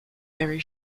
very